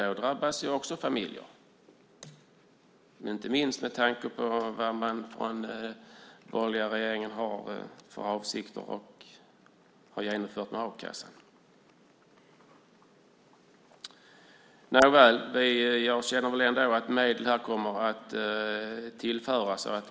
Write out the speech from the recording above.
Då drabbas också familjer, inte minst med tanke på vad den borgerliga regeringen har för avsikter och har genomfört i fråga om a-kassan. Jag känner ändå att medel kommer att tillföras här.